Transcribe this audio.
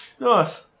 nice